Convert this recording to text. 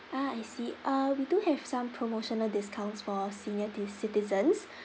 ah I see uh we do have some promotional discounts for senior t~ citizens